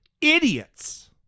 idiots